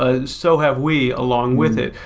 ah so have we along with it,